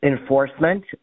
enforcement